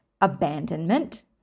abandonment